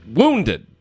wounded